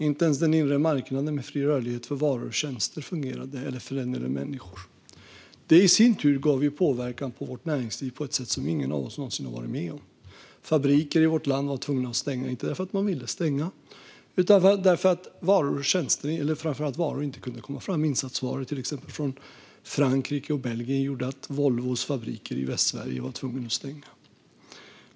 Inte ens den inre marknaden med fri rörlighet för varor och tjänster, eller för den delen för människor, fungerade. Det gav i sin tur en påverkan på vårt näringsliv på ett sätt som ingen av oss någonsin har varit med om. Fabriker i vårt land var tvungna att stänga, inte för att de ville stänga utan för att varor inte kunde komma fram. Det gällde till exempel insatsvaror från Frankrike och Belgien, vilket gjorde att Volvos fabriker i Västsverige var tvungna att stänga.